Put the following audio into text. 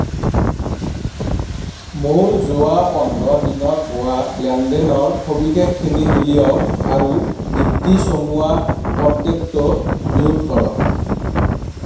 মোৰ যোৱা পোন্ধৰ দিনত হোৱা লেনদেনৰ সবিশেষখিনি উলিয়াওক আৰু দীপ্তি চমুৱা কণ্টেক্টটো মিউট কৰক